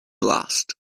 last